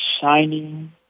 shining